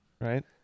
right